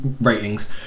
ratings